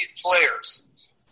players